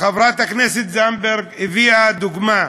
חברת הכנסת זנדברג הביאה דוגמה,